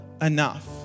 enough